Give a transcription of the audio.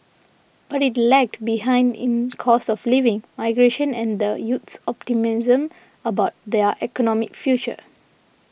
but it lagged behind in cost of living migration and the youth's optimism about their economic future